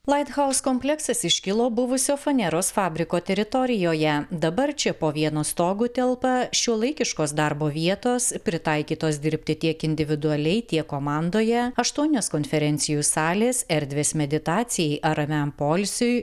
light house kompleksas iškilo buvusio faneros fabriko teritorijoje dabar čia po vienu stogu telpa šiuolaikiškos darbo vietos pritaikytos dirbti tiek individualiai tiek komandoje aštuonios konferencijų salės erdvės meditacijai ar ramiam poilsiui